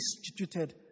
instituted